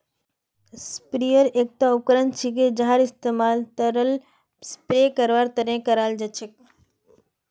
sprayer एकता उपकरण छिके जहार इस्तमाल तरल स्प्रे करवार तने कराल जा छेक